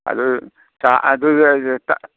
ꯑꯗꯨ